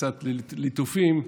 קצת ליטופים.